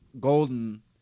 Golden